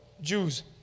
Jews